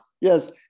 Yes